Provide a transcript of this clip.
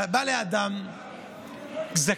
אתה בא לאדם זקן,